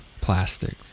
plastic